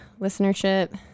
listenership